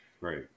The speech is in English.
Right